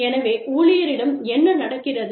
எனவே ஊழியரிடம் என்ன நடக்கிறது